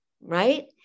right